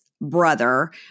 brother